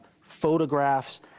photographs